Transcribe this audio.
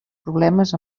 problemes